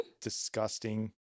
disgusting